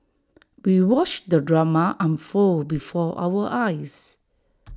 we watched the drama unfold before our eyes